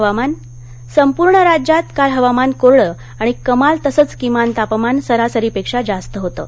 हवामान संपूर्ण राज्यात काल हवामान कोरडं आणि कमाल तसंच किमान तापमान सरासरी पेक्षा जास्त होतं